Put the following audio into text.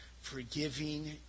forgiving